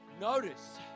Notice